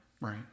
Right